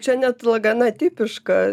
čia net gana tipiška